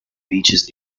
beaches